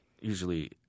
usually